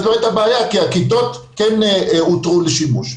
אז לא הייתה בעיה כי הכיתות כן הותרו לשימוש.